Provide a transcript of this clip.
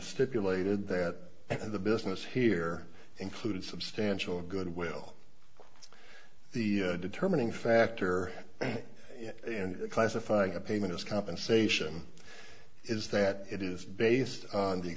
stipulated that the business here included substantial goodwill the determining factor and classifying a payment as compensation is that it is based on the